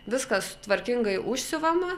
viskas tvarkingai užsiuvama